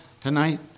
tonight